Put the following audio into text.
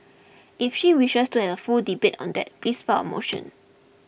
if she wishes to have a full debate on that please file a motion